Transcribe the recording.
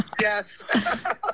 Yes